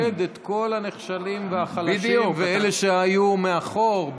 הוא מיקד את כל הנחשלים והחלשים ואלה שהיו מאחור,